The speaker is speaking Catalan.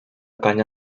canya